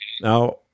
now